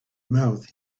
mouth